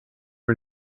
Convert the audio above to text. are